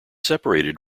separated